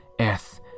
earth